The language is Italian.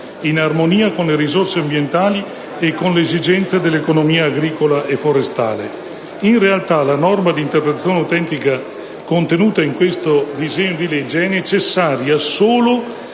in armonia con le risorse ambientali e con le esigenze dell'economia agricola e forestale». In realtà, la norma di interpretazione autentica contenuta in questo disegno di legge è necessaria solo